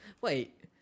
wait